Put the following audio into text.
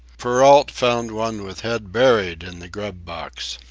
perrault found one with head buried in the grub-box.